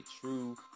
true